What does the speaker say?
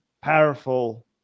Powerful